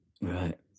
right